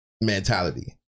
mentality